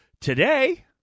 Today